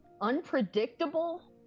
unpredictable